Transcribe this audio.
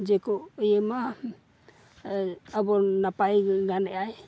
ᱡᱮᱠᱚ ᱵᱮᱭᱟᱹᱢᱟ ᱟᱵᱚ ᱱᱟᱯᱟᱭ ᱜᱟᱱᱮᱫᱟᱭ